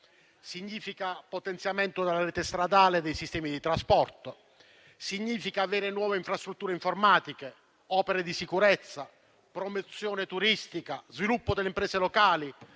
significa potenziamento della rete stradale e dei sistemi di trasporto, nuove infrastrutture informatiche, opere di sicurezza, promozione turistica, sviluppo delle imprese locali,